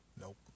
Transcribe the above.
Nope